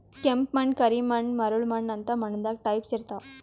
ಕೆಂಪ್ ಮಣ್ಣ್, ಕರಿ ಮಣ್ಣ್, ಮರಳ್ ಮಣ್ಣ್ ಅಂತ್ ಮಣ್ಣ್ ದಾಗ್ ಟೈಪ್ಸ್ ಇರ್ತವ್